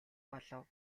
болов